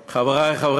3589 של חבר הכנסת